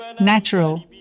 Natural